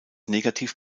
negativ